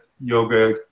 yoga